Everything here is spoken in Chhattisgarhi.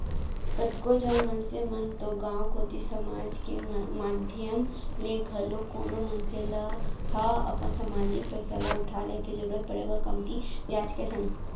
कतको झन मनसे मन तो गांव कोती समाज के माधियम ले घलौ कोनो मनसे ह अपन समाजिक पइसा ल उठा लेथे जरुरत पड़े म कमती बियाज के संग